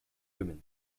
women